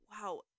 Wow